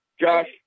Josh